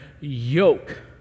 yoke